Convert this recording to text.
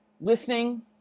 listening